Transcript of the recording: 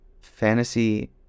fantasy